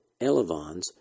elevons